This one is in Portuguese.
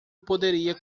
poderia